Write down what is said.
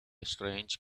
strange